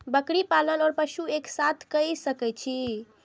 बकरी पालन ओर पशु एक साथ कई सके छी?